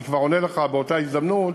אני כבר עונה לך באותה הזדמנות,